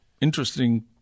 interesting